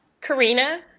Karina